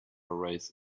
race